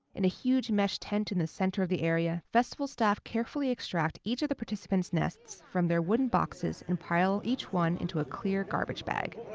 in a huge mesh tent in the center of the area, festival staff carefully extract each of the participant's nests from their wooden boxes and pile each one into a clear garbage bag.